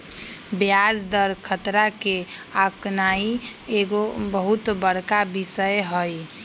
ब्याज दर खतरा के आकनाइ एगो बहुत बड़का विषय हइ